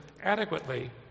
adequately